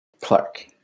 Clark